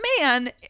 man